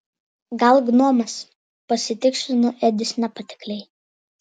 gal gnomas pasitikslino edis nepatikliai